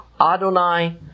Adonai